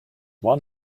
one